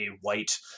white